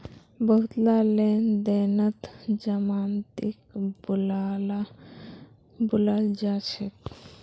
बहुतला लेन देनत जमानतीक बुलाल जा छेक